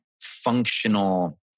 functional